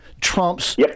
Trump's